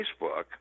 Facebook